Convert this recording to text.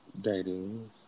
dating